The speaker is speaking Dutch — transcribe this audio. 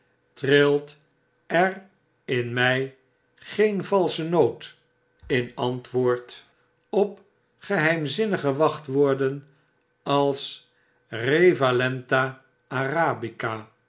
trilt er in mij geen valsche toon in antwoord op geheimzinnige wachtwoorden als revalenta arabica